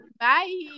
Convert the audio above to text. Bye